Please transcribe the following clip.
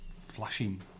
flashing